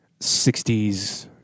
60s